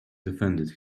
defended